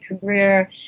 career